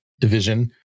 division